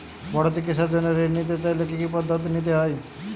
বড় চিকিৎসার জন্য ঋণ নিতে চাইলে কী কী পদ্ধতি নিতে হয়?